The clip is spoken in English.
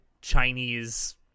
Chinese